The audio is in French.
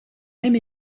même